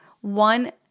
one